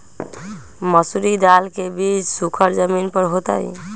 मसूरी दाल के बीज सुखर जमीन पर होतई?